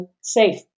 safe